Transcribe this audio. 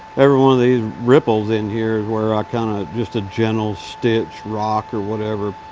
every one of these ripples in here is where i kinda just a gentle stitch, rock, or whatever.